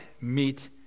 meet